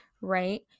right